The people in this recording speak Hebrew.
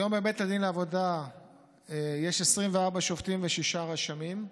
היום בבית הדין לעבודה יש 24 שופטים ושישה רשמים,